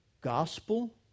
Gospel